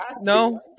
No